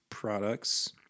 products